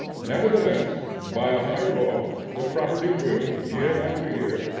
nevertheless, by a higher law, the property will, year after year,